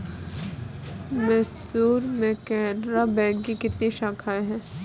मैसूर में केनरा बैंक की कितनी शाखाएँ है?